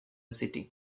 city